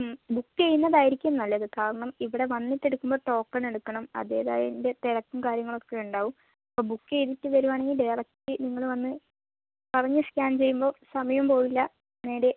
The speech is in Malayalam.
ബുക്ക് ചെയ്യുന്നതായിരിക്കും നല്ലത് കാരണം ഇവിടെ വന്നിട്ടെടുക്കുമ്പോൾ ടോക്കൺ എടുക്കണം അതിന്റേതായതിൻ്റെ തിരക്കും കാര്യങ്ങളും ഒക്കെ ഉണ്ടാകും അപ്പോൾ ബുക്ക് ചെയ്തിട്ട് വരികയാണെങ്കിൽ ഡയറക്റ്റ് നിങ്ങൾ വന്ന് പറഞ്ഞു സ്കാൻ ചെയ്യുമ്പോൾ സമയം പോകില്ല നേരെ